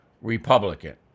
Republican